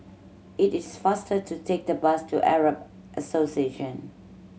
it is faster to take the bus to Arab Association